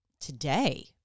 Today